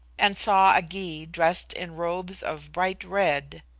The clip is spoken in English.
and saw a gy dressed in robes of bright red,